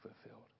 fulfilled